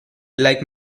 like